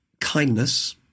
kindness